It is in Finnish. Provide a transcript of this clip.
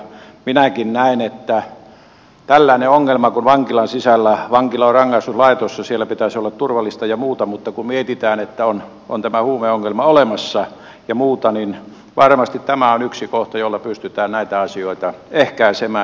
minäkin näen että kun on tällainen ongelma vankilan sisällä vankila on rangaistuslaitos ja siellä pitäisi olla turvallista ja muuta mutta kun mietitään että on tämä huumeongelma olemassa ja muuta niin varmasti tämä on yksi kohta jolla pystytään näitä asioita ehkäisemään